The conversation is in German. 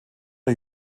der